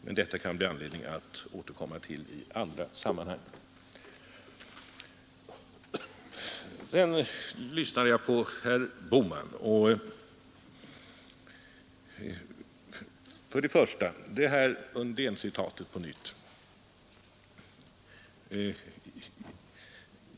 Till detta kan det bli anledning att återkomma i andra sammanhang. Sedan lyssnade jag på herr Bohman. Först var det på nytt fråga om det här Undéncitatet.